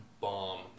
bomb